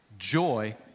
Joy